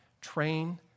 Train